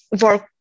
work